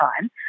time